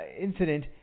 incident